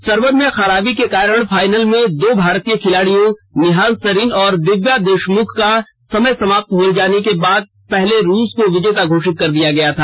server में खराबी के कारण फाइनल में दो भारतीय खिलाड़ियों निहाल सरीन और दिव्या देशमुख का समय समाप्त होने जाने के बाद पहले रूस को विजेता घोषित कर दिया गया था